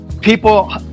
people